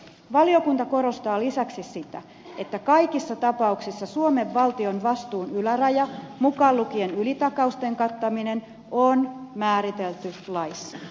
valiokunta korostaa lisäksi sitä että kaikissa tapauksissa suomen valtion vastuun yläraja mukaan lukien ylitakausten kattaminen on määritelty laissa